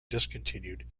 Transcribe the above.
discontinued